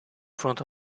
front